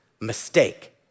mistake